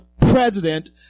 president